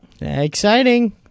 Exciting